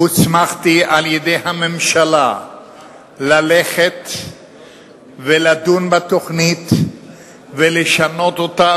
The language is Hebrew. הוסמכתי על-ידי הממשלה ללכת ולדון בתוכנית ולשנות אותה